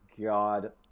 god